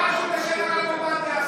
משהו בשם הרב עובדיה,